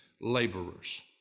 laborers